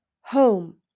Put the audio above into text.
home